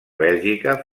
bèlgica